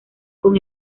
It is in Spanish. con